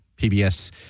PBS